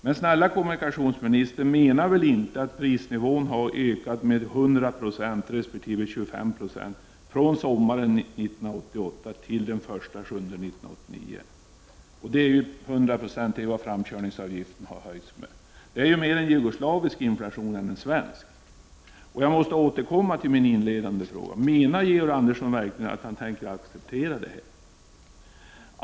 Men kommunikationsministern menar väl inte att prisnivån har höjts med 100 90 resp. 25 Jo från sommaren 1988 till den första juli 1989. 100 96 är vad framkörningsavgiften har höjts med. Detta är ju mer en jugoslavisk inflation än en svensk. Jag måste återkomma till min inledande fråga: Menar Georg Andersson verkligen att han tänker acceptera detta?